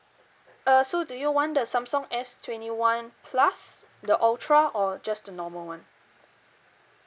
uh so do you want the samsung S twenty one plus the ultra or just the normal one